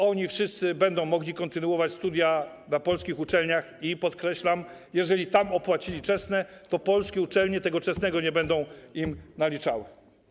Oni wszyscy będą mogli kontynuować studia na polskich uczelniach i podkreślam, że jeżeli tam opłacili czesne, to polskie uczelnie tego czesnego nie będą im naliczały.